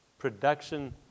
production